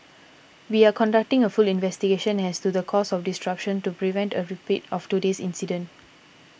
we are conducting a full investigation as to the cause of this disruption to prevent a repeat of today's incident